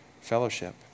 fellowship